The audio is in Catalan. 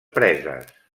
preses